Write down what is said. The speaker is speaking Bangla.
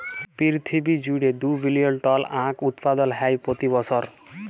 পিরথিবী জুইড়ে দু বিলিয়ল টল আঁখ উৎপাদল হ্যয় প্রতি বসর